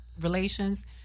relations